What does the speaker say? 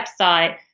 website